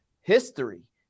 history